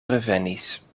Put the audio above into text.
revenis